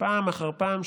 פעם אחר פעם,